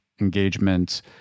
engagement